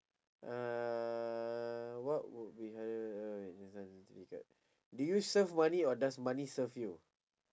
uh what would be do you serve money or does money serve you